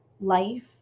life